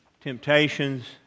temptations